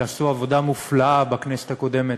שעשו עבודה מופלאה בכנסת הקודמת,